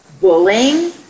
bullying